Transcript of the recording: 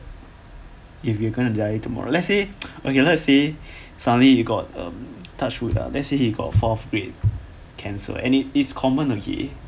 if you gonna die tomorrow let's say ok let's say suddenly you got err touch wood ah let's say he got fourth grade cancer and it it's common okay